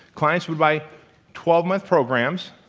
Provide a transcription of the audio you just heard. clients would buy twelve month programs,